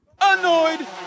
Annoyed